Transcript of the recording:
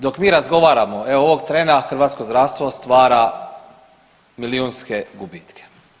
Dok mi razgovaramo evo ovog trena hrvatsko zdravstvo stvara milijunske gubitke.